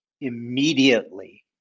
immediately